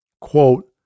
Quote